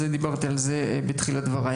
על זה דיברתי בתחילת דבריי.